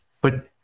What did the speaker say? But-